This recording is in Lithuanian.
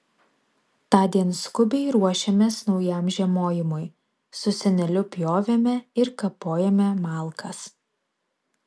tądien skubiai ruošėmės naujam žiemojimui su seneliu pjovėme ir kapojome malkas